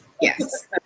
yes